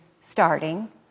starting